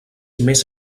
més